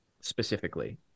specifically